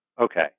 okay